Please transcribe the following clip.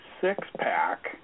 six-pack